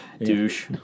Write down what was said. Douche